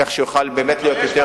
כך שיוכל באמת להיות יותר,